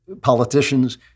politicians